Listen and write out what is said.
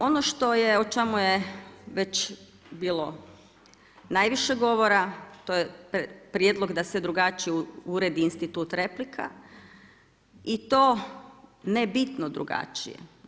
Ono o čemu je već bilo najviše govora, to je prijedlog da se drugačije uredi institut replika i to ne bitno drugačije.